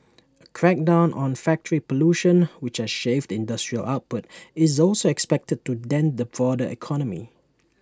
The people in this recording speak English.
A crackdown on factory pollution which has shaved industrial output is also expected to dent the broader economy